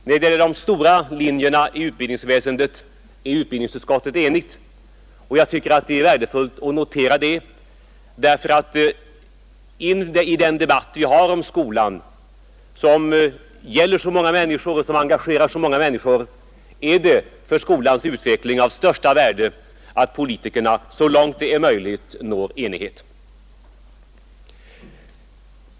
När det gäller de stora linjerna i utbildningsväsendet är utbildningsutskottet enigt, och jag tycker att det är glädjande att kunna konstatera det. I den debatt vi har om skolan, som berör så många människor och engagerar så många människor, är det för skolans utveckling av största värde att politikerna så långt det är möjligt når enighet.